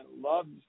Loved